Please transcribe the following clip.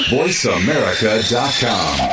voiceamerica.com